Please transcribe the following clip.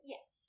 Yes